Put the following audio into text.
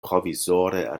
provizore